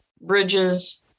bridges